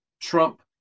Trump